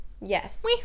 Yes